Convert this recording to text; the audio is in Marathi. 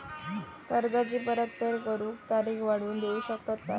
कर्जाची परत फेड करूक तारीख वाढवून देऊ शकतत काय?